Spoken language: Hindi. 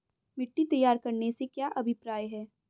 मिट्टी तैयार करने से क्या अभिप्राय है?